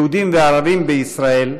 יהודים וערבים בישראל,